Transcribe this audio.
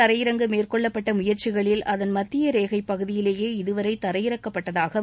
தரையிறங்க மேற்கொள்ளப்பட்ட முயற்சிகளில் அதன் மத்திய ரேகை பகுதிலேயே சந்திரனில் இதுவரை தரையிறக்கப்பட்டதாகவும்